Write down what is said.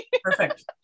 Perfect